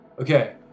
Okay